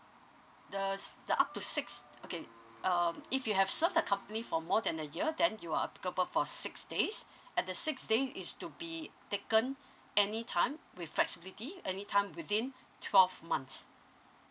the s~ the up to six okay um if you have served the company for more than a year that you are applicable for six days at the six days is to be taken any time with flexibility any time within twelve months